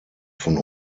von